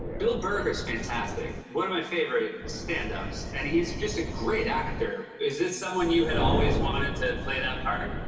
bill burr is fantastic. one of my favorite stand-ups, and he is just a great actor. is this someone you had always wanted to play that part?